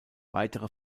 weitere